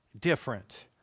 different